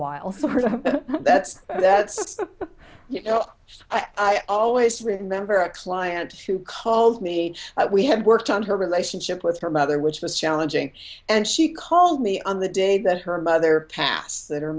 but you know i always remember a client who called me we had worked on her relationship with her mother which was challenging and she called me on the day that her mother passed that her